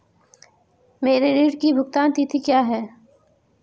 मेरे ऋण की भुगतान तिथि क्या है?